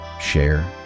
share